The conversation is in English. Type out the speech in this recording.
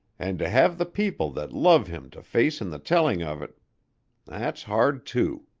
and to have the people that love him to face in the telling of it that's hard, too.